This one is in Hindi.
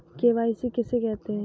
के.वाई.सी किसे कहते हैं?